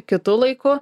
kitu laiku